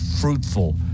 fruitful